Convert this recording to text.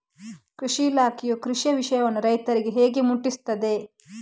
ಕೃಷಿ ಇಲಾಖೆಯು ಕೃಷಿಯ ವಿಷಯವನ್ನು ರೈತರಿಗೆ ಹೇಗೆ ಮುಟ್ಟಿಸ್ತದೆ?